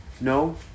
No